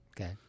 okay